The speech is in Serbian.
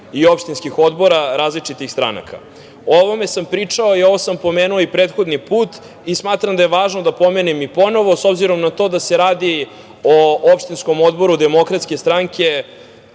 i opštinskih odbora različitih stranaka. O ovome sam pričao i ovo sam pomenuo i prethodni put i smatram da je važno da pomenem ponovo, s obzirom na to da se radi o opštinskom odboru Demokratske stranke.